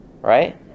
right